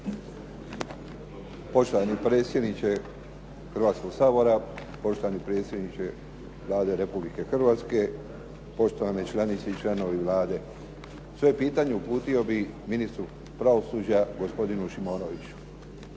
Poštovani predsjedniče Hrvatskog sabora, poštovani predsjedniče Vlade Republike Hrvatske, poštovane članice i članovi Vlade. Svoje pitanje uputio bih ministru pravosuđa gospodinu Šimonoviću.